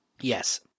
Yes